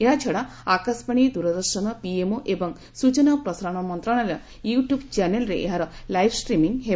ଏହାଛଡ଼ା ଆକାଶବାଣୀ ଦୂରଦର୍ଶନ ପିଏମ୍ଓ ଏବଂ ସ୍ଚଚନା ଓ ପ୍ରସାରଣ ମନ୍ତ୍ରଣାଳୟ ୟୁ ଟ୍ୟୁବ୍ ଚ୍ୟାନେଲ୍ରେ ଏହାର ଲାଇଭ୍ ଷ୍ଟ୍ରିମିଙ୍ଗ୍ ହେବ